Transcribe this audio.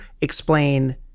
explain